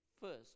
First